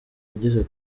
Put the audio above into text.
yagize